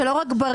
מי נמנע?